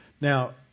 Now